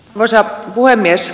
arvoisa puhemies